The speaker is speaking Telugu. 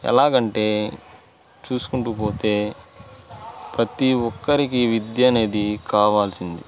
ఎలాగ అంటే చూసుకుంటు పోతే ప్రతి ఒక్కరికి విద్య అనేది కావాల్సింది